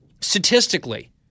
statistically